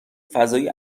فضای